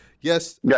Yes